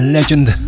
Legend